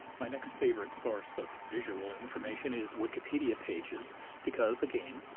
my next favorite source of visual information is wikipedia pages because, again,